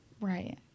right